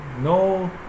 No